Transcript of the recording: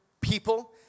people